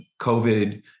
COVID